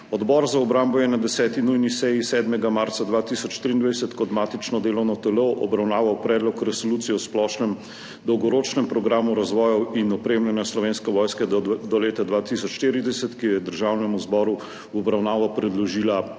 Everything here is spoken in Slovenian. Odbor za obrambo je na 10. nujni seji 7. marca 2023 kot matično delovno telo obravnaval Predlog resolucije o splošnem dolgoročnem programu razvoja in opremljanja Slovenske vojske do leta 2040, ki jo je Državnemu zboru v obravnavo predložila